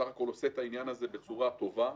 ובסך הכול עושה את העניין הזה בצורה טובה.